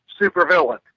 supervillain